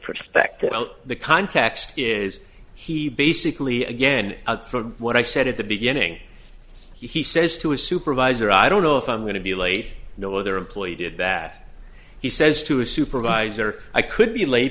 perspective the context is he basically again from what i said at the beginning he says to his supervisor i don't know if i'm going to be late no other employee did that he says to a supervisor i could be late